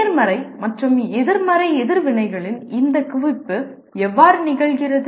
நேர்மறை மற்றும் எதிர்மறை எதிர்வினைகளின் இந்த குவிப்பு எவ்வாறு நிகழ்கிறது